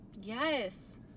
Yes